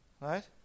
right